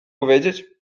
powiedzieć